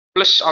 Plus